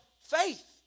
faith